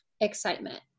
excitement